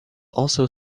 also